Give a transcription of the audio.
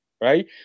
right